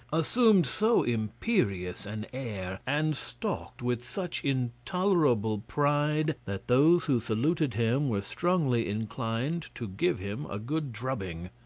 assumed so imperious an air, and stalked with such intolerable pride, that those who saluted him were strongly inclined to give him a good drubbing.